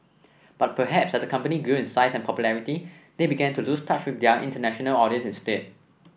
but perhaps as the company grew in size and popularity they began to lose touch with their international audience instead